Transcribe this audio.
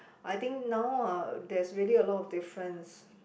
I think now ah there's really a lot of difference